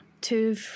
two